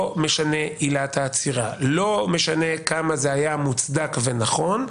משנה עילת העצירה; לא משנה כמה זה היה מוצדק ונכון.